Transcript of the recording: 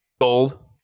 gold